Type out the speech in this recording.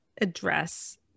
address